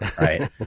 Right